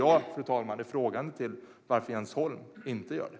Jag ställer mig frågande till varför Jens Holm inte gör det.